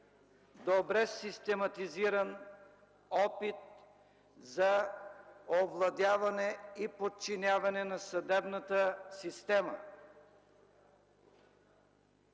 добре систематизиран опит за овладяване и подчиняване на съдебната система.